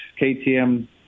KTM